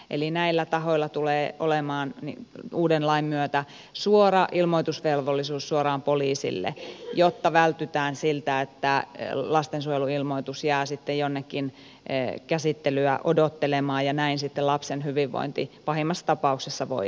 eli näillä tahoilla tulee olemaan uuden lain myötä ilmoitusvelvollisuus suoraan poliisille jotta vältytään siltä että lastensuojeluilmoitus jää sitten jonnekin käsittelyä odottelemaan ja näin sitten lapsen hyvinvointi pahimmassa tapauksessa voi vaarantua